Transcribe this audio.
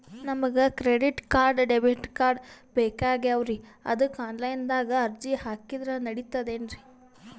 ನಮಗ credit card, debit card ಬೇಕಾಗ್ಯಾವ್ರೀ ಅದಕ್ಕ ಆನಲೈನದಾಗ ಅರ್ಜಿ ಹಾಕಿದ್ರ ನಡಿತದೇನ್ರಿ?